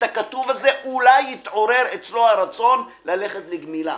הכתוב הזה אולי יתעורר אצלו הרצון ללכת לגמילה.